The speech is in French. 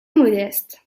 modeste